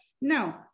no